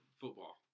football